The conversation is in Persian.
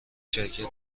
شرکت